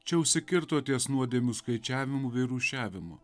čia užsikirto ties nuodėmių skaičiavimu bei rūšiavimu